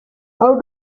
how